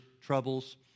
troubles